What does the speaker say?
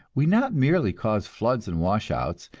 we not merely cause floods and washouts,